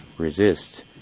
resist